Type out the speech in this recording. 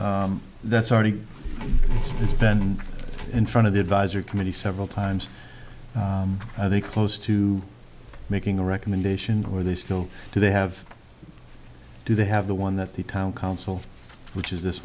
partisan that's already been in front of the advisory committee several times and they close to making a recommendation or they still do they have do they have the one that the town council which is this